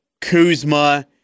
Kuzma